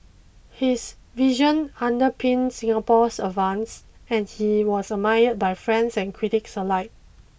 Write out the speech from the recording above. his vision underpinned Singapore's advances and he was admired by friends and critics alike